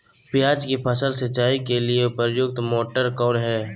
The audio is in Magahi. प्याज की फसल सिंचाई के लिए उपयुक्त मोटर कौन है?